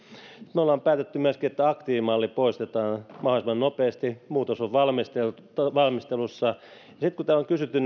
me olemme päättäneet myöskin että aktiivimalli poistetaan mahdollisimman nopeasti muutos on valmistelussa kun täällä on kysytty